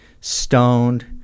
stoned